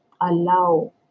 allow